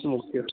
स्मो care